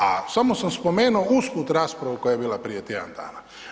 A samo sam spomenuo usput raspravu koja je bila prije tjedan dana.